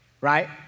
right